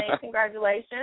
Congratulations